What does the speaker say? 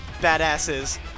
badasses